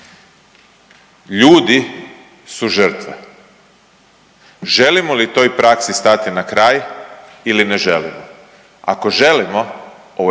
Ljudi su žrtve. Želimo li toj praksi stati na kraj ili ne želimo, ako želimo ovo je